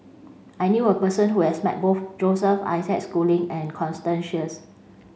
I knew a person who has met both Joseph Isaac Schooling and Constance Sheares